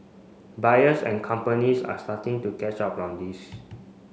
buyers and companies are starting to catch up on this